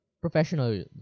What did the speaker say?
professional